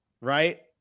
right